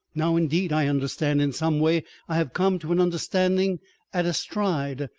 now indeed i understand. in some way i have come to an understanding at a stride.